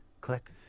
Click